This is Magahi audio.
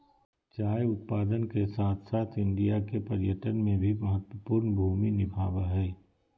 चाय उत्पादन के साथ साथ इंडिया के पर्यटन में भी महत्वपूर्ण भूमि निभाबय हइ